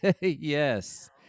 Yes